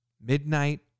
Midnight